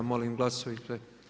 Molim glasujte.